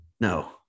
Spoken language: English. No